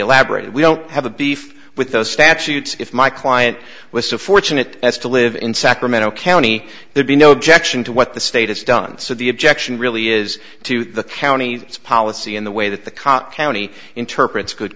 elaborated we don't have a beef with those statutes if my client was so fortunate as to live in sacramento county there'd be no objection to what the state is done so the objection really is to the county policy in the way that the cot county interpret